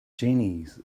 genies